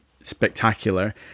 spectacular